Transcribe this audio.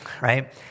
right